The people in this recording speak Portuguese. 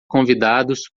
convidados